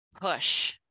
push